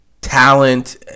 talent